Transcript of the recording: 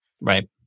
Right